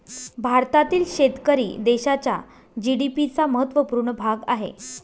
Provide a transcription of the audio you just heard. भारतातील शेतकरी देशाच्या जी.डी.पी चा महत्वपूर्ण भाग आहे